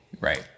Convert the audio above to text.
Right